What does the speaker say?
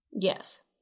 Yes